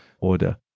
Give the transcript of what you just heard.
order